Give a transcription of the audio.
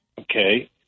okay